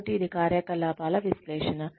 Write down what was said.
కాబట్టి ఇది కార్యకలాపాల విశ్లేషణ